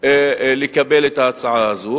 לקבל את ההצעה הזאת,